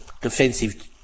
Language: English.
defensive